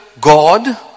God